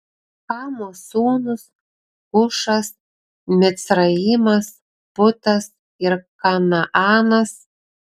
chamo sūnūs kušas micraimas putas ir kanaanas